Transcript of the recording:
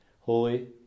Holy